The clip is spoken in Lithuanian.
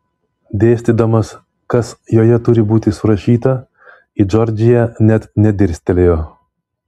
dėstydamas kas joje turi būti surašyta į džordžiją net nedirstelėjo